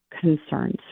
concerns